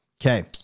Okay